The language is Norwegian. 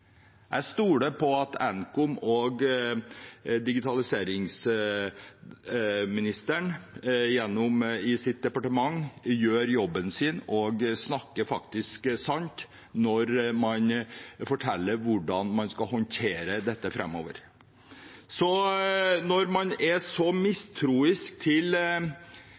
Jeg stoler på at Nkom og digitaliseringsministeren i sitt departement gjør jobben sin og snakker sant når man forteller hvordan man skal håndtere dette framover. At man er så mistroisk med hensyn til